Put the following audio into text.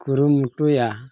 ᱠᱩᱨᱩᱢᱩᱴᱩᱭᱟ